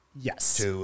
Yes